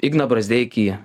igną brazdeikį